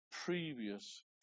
previous